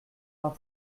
vingt